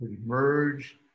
Merge